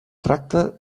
tracta